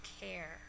care